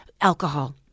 Alcohol